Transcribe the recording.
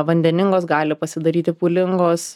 vandeningos gali pasidaryti pūlingos